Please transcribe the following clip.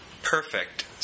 Perfect